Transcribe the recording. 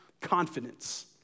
confidence